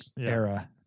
Era